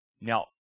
now